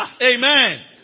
Amen